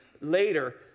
later